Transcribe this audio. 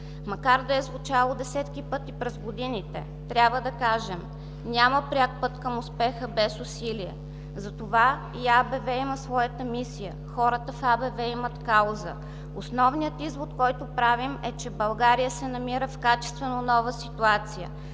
Макар да е звучало десетки пъти през годините, трябва да кажем: „Няма пряк пък към успеха без усилия!“. Затова и АБВ има своята мисия. Хората в АБВ има кауза. Основният извод, който правим, е, че България се намира в качествено нова ситуация.